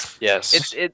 Yes